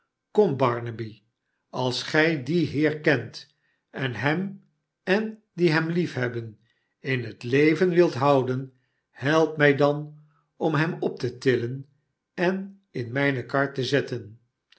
kom barnaby als gij dien heer kent en hem en die hem liefhebben m het leven wilt houden help mij dan om hem op te tillen en in mijne kar te zetten